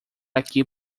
aqui